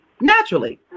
naturally